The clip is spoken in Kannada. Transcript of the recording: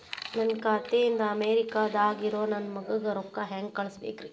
ನನ್ನ ಖಾತೆ ಇಂದ ಅಮೇರಿಕಾದಾಗ್ ಇರೋ ನನ್ನ ಮಗಗ ರೊಕ್ಕ ಹೆಂಗ್ ಕಳಸಬೇಕ್ರಿ?